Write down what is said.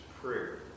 prayer